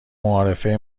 معارفه